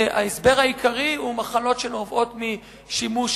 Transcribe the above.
ההסבר העיקרי הוא מחלות שנובעות משימוש